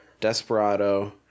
Desperado